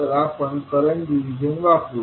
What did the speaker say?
तर आपण current division वापरू